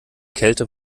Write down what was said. kälte